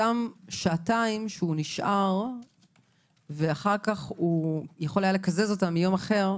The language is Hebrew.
אותן שעתיים שהוא נשאר ואחר כך יכול היה לקזז אותן מיום אחר,